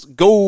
go